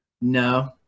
No